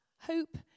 Hope